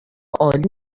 عالی